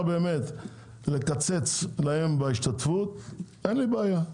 באמת לקצץ להם בהשתתפות אין לי בעיה.